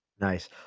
Nice